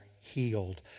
healed